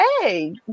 Hey